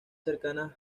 cercanas